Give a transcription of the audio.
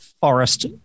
forest